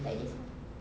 like this ah